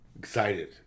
Excited